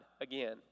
again